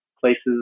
places